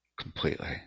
completely